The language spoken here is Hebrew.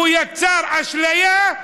הוא יצר אשליה,